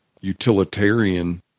utilitarian